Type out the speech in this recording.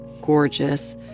gorgeous